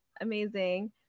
amazing